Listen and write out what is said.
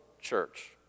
church